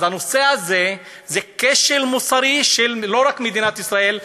הנושא הזה זה כשל מוסרי לא רק של מדינת ישראל,